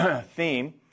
Theme